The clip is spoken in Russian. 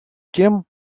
тем